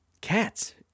cats